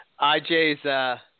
IJ's